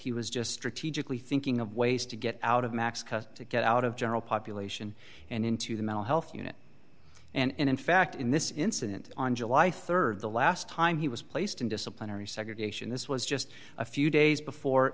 he was just strategically thinking of ways to get out of max cut to get out of general population and into the mental health unit and in fact in this incident on july rd the last time he was placed in disciplinary segregation this was just a few days before